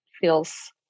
feels